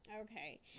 okay